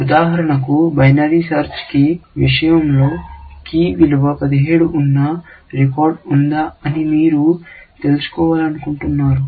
ఉదాహరణకు binary search key విషయంలో key విలువ 17 ఉన్న రికార్డ్ ఉందా అని మీరు తెలుసుకోవాలనుకుంటున్నారు